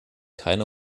keine